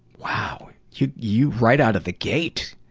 wow! you you right outta the gate!